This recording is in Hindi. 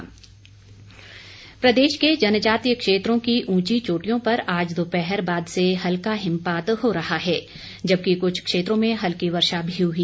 मौसम प्रदेश के जनजातीय क्षेत्रों की ऊंची चोटियों पर आज दोपहर बाद से हल्का हिमपात हो रहा है जबकि कुछ क्षेत्रों में हल्की वर्षा भी हुई